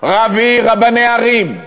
רב עיר, רבני ערים,